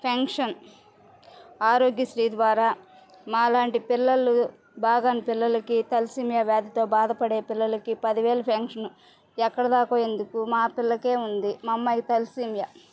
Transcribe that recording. pension Aarogyasri ద్వారా మాలాంటి పిల్లలు బాగుండని పిల్లలకి తలసేమియా వ్యాధితో బాధపడే పిల్లలకి పది వేల పెన్షన్ ఎక్కడిదాకో ఎందుకు మా పిల్లకే ఉంది మా అమ్మాయికి తలసేమియా